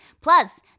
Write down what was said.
Plus